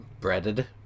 breaded